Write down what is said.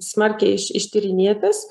smarkiai iš ištyrinėtas